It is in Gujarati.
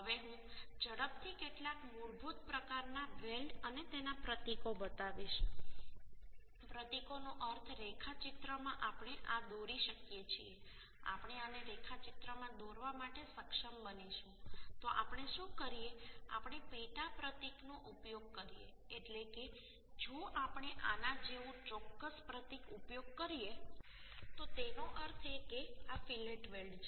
હવે હું ઝડપથી કેટલાક મૂળભૂત પ્રકારના વેલ્ડ અને તેના પ્રતીકો બતાવીશ પ્રતીકોનો અર્થ રેખાચિત્રમાં આપણે આ દોરી શકીએ છીએ આપણે આને રેખાચિત્રમાં દોરવા માટે સક્ષમ બનીશું તો આપણે શું કરીએ આપણે પેટા પ્રતિકનો ઉપયોગ કરીએ એટલે કે જો આપણે આના જેવું ચોક્કસ પ્રતીક ઉપયોગ કરીએ તો તેનો અર્થ એ કે આ ફીલેટ વેલ્ડ છે